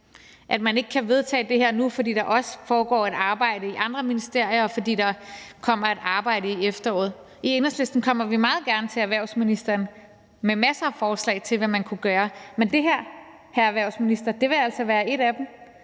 at man ikke kan vedtage det her nu, at der også pågår et arbejde i andre ministerier, og at der kommer et arbejde til efteråret. I Enhedslisten kommer vi meget gerne til erhvervsministeren med masser af forslag til, hvad man kunne gøre, men det her, hr. erhvervsminister, vil altså være et af dem.